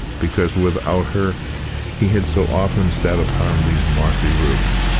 because without her he had so often sat upon these mossy roots,